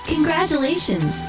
congratulations